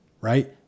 right